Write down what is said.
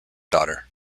daughter